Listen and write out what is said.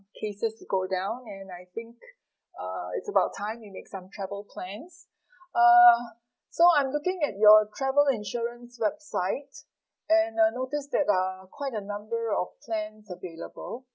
cases to go down and I think uh it's about time we make some travel plans uh so I'm looking at your travel insurance website and I noticed that uh quite a number of plans available